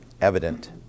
evident